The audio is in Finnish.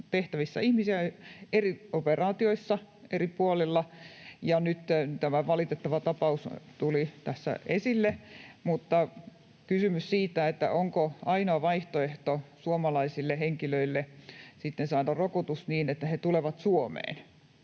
tehtävissä ihmisiä eri operaatioissa eri puolilla, ja nyt tämä valitettava tapaus tuli tässä esille. Mutta kysymys on siitä, onko ainoa vaihtoehto suomalaisille henkilöille saada rokotus niin, että he tulevat Suomeen,